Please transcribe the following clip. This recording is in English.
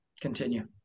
continue